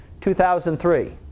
2003